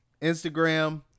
instagram